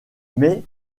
mais